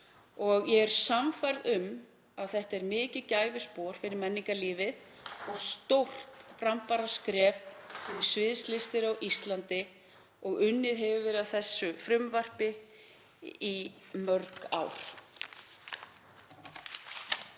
Ég er sannfærð um að þetta er mikið gæfuspor fyrir menningarlífið og stórt framfaraskref fyrir sviðslistir á Íslandi en unnið hefur verið að þessu frumvarpi í mörg ár.